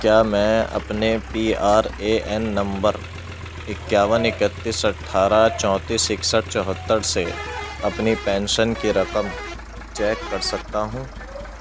کیا میں اپنے پی آر اے این نمبر اکیاون اکتیس اٹھارہ چونتیس اکسٹھ چوہتر سے اپنی پینشن کی رقم چیک کر سکتا ہوں